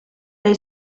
they